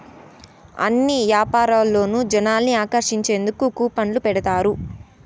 అన్ని యాపారాల్లోనూ జనాల్ని ఆకర్షించేందుకు కూపన్లు పెడతారు